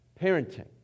parenting